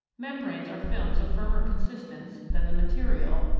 membranes are films of firmer consistence than the material,